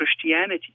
Christianity